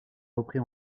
repris